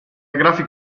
grafica